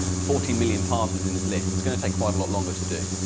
forty million passwords in this list. it's going to take quite a lot longer to do.